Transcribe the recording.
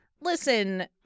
Listen